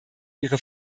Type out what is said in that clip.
ihre